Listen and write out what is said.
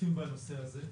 עוסקים בנושא הזה.